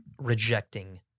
rejecting